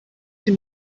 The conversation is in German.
die